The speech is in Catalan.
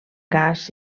gas